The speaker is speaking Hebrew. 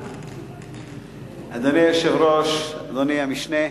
אדוני היושב-ראש, אדוני המשנה,